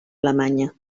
alemanya